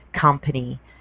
company